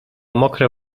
mokre